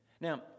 Now